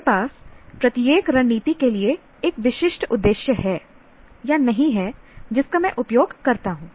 मेरे पास प्रत्येक रणनीति के लिए एक विशिष्ट उद्देश्य हैनहीं है जिसका मैं उपयोग करता हूं